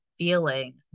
feeling